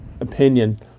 opinion